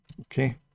Okay